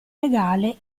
legale